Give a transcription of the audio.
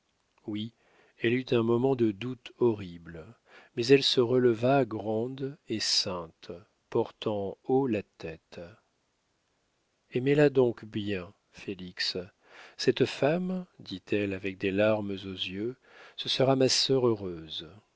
oui elle eut un moment de doute horrible mais elle se releva grande et sainte portant haut la tête aimez-la donc bien félix cette femme dit-elle avec des larmes aux yeux ce sera ma sœur heureuse